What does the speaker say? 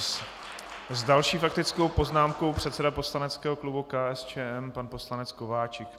S další faktickou poznámkou předseda poslaneckého klubu KSČM pan poslanec Kováčik.